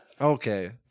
Okay